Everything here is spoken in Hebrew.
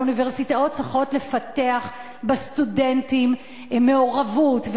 אבל אוניברסיטאות צריכות לפתח בסטודנטים מעורבות,